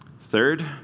Third